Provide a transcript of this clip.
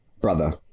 brother